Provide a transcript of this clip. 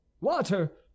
Water